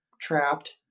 trapped